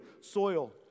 soil